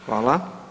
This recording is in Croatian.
Hvala.